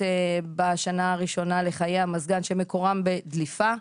בשנה הראשונה לחיי המזגן שמקורן בדליפה.